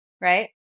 right